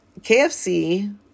KFC